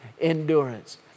endurance